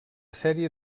sèrie